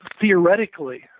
Theoretically